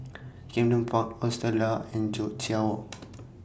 Camden Park Hostel Lah and Joo Chiat Walk